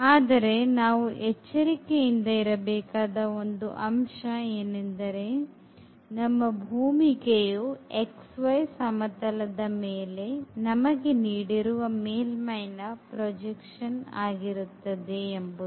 ಆದರೆ ನಾವು ಎಚ್ಚರಿಕೆಯಿಂದ ಇರಬೇಕಾದ ಒಂದು ಅಂಶ ಏನೆಂದರೆ ನಮ್ಮ ಭೂಮಿಕೆಯು xy ಸಮತಲದ ಮೇಲೆ ನಮಗೆ ನೀಡಿರುವ ಮೇಲ್ಮೈನ ಪ್ರೊಜೆಕ್ಷನ್ ಆಗಿರುತ್ತದೆ ಎಂಬುದು